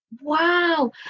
wow